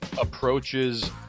approaches